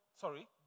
sorry